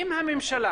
אם הממשלה